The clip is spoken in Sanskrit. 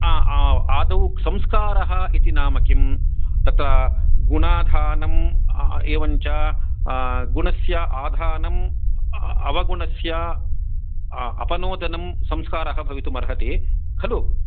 आदौ संस्कारः इति नाम किं तत्र गुणाधानम् एवञ्च गुणस्य आधानम् अवगुणस्य अपणोदनं संस्कारः भवितुमर्हति खलु